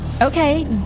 Okay